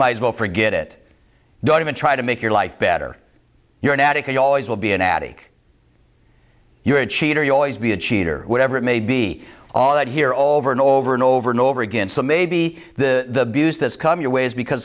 might as well forget it don't even try to make your life better you're an addict it always will be an attic you're a cheater you always be a cheater whatever it may be all out here all over and over and over and over again so maybe the views that's come your way is because